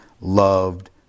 loved